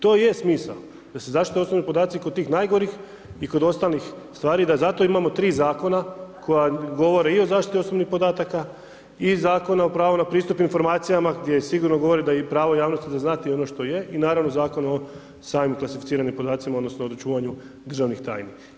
To je smisao da se zaštite osobni podati kod tih najgorih i kod ostalih stvari da zato imamo tri zakona koja govore i o zaštiti osobnih podataka i Zakona o pravu na pristup informacijama gdje sigurno govori da je i pravo javnosti znati ono što je i naravno Zakon o samim klasificiranim podacima, odnosno čuvanju državnih tajni.